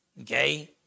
okay